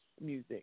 music